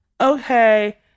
Okay